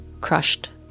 crushed